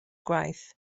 gwaith